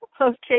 Okay